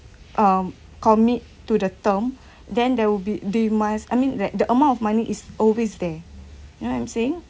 um commit to the term then there will be they must I mean that the amount of money is always there you know I'm saying